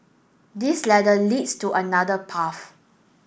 this ladder leads to another path